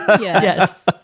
Yes